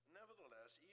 Nevertheless